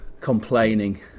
complaining